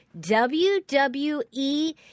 WWE